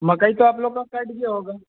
मकई का आप लोगों का कट गया होगा